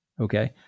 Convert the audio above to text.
Okay